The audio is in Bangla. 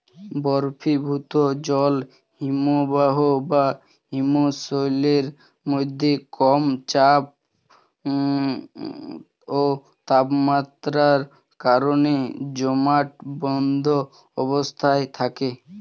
বরফীভূত জল হিমবাহ বা হিমশৈলের মধ্যে কম চাপ ও তাপমাত্রার কারণে জমাটবদ্ধ অবস্থায় থাকে